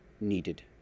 needed